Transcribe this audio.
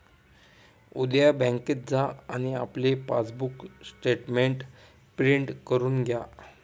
उद्या बँकेत जा आणि आपले पासबुक स्टेटमेंट प्रिंट करून घ्या